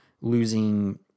losing